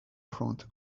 front